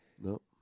No